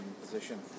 position